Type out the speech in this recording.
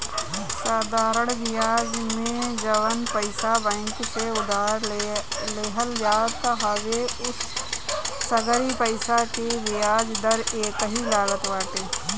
साधरण बियाज में जवन पईसा बैंक से उधार लेहल जात हवे उ सगरी पईसा के बियाज दर एकही लागत बाटे